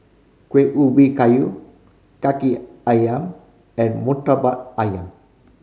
Kuih Ubi Kayu Kaki Ayam and Murtabak Ayam